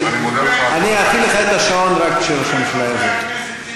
אני אפעיל לך את השעון רק כשראש הממשלה יבוא.